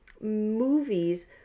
movies